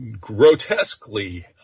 grotesquely